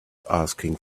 asking